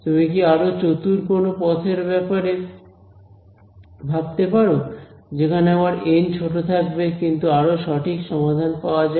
তুমি কি আরো চতুর কোন পথের ব্যাপারে ভাবতে পারো যেখানে আমার এন ছোট থাকবে কিন্তু আরও সঠিক সমাধান পাওয়া যাবে